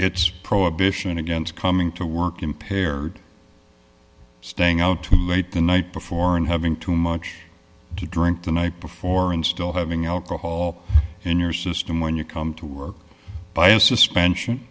it's prohibition against coming to work impaired staying out too late the night before and having too much to drink the night before and still having alcohol in your system when you come to work by a suspension